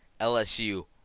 LSU